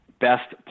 best